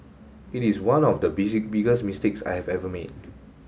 it is one of the busy biggest mistakes I have ever made